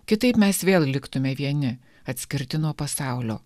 kitaip mes vėl liktume vieni atskirti nuo pasaulio